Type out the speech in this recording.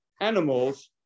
animals